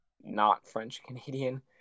not-French-Canadian